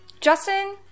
Justin